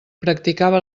practicava